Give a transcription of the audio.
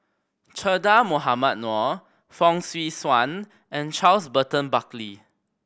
Che Dah Mohamed Noor Fong Swee Suan and Charles Burton Buckley